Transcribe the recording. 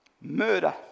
murder